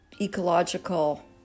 ecological